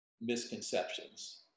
misconceptions